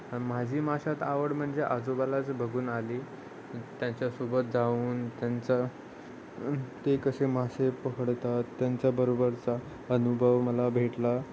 माझी माशात आवड म्हणजे आजोबालाच बघून आली त्यांच्यासोबत जाऊन त्यांचा ते कसे मासे पकडतात त्यांच्याबरोबरचा अनुभव मला भेटला